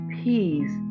Peace